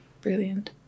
brilliant